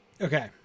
Okay